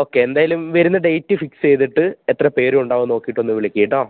okay എന്തായാലും വരുന്ന date fix ചെയ്തിട്ട് എത്ര പേരും ഉണ്ടാവും നോക്കിയിട്ടൊന്ന് വിളിക്കൂ കേട്ടോ